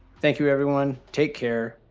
thank you everyone, take care,